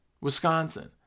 Wisconsin